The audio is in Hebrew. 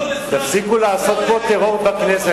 תפסיקו לעשות פה טרור בכנסת,